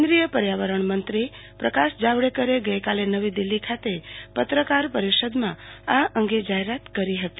કેન્દ્રીય પર્યાવરણ મંત્રી પ્રકાશ જાવડેકરે ગઈકાલે નવી દિલ્હી ખાતે પત્રકાર પરિષદમાં આ અંગે જાહેરાત કરી હતી